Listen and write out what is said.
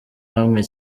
hamwe